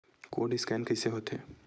Code scan कइसे होथे?